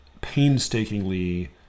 painstakingly